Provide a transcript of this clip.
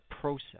process